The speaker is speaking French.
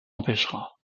empêchera